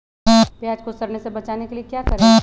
प्याज को सड़ने से बचाने के लिए क्या करें?